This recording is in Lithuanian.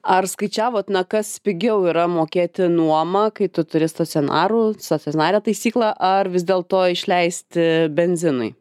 ar skaičiavot na kas pigiau yra mokėti nuomą kai tu turi stacionarų stacionarią taisyklą ar vis dėl to išleisti benzinui